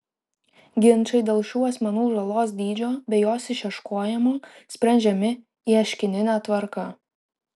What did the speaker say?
ginčai dėl šių asmenų žalos dydžio bei jos išieškojimo sprendžiami ieškinine tvarka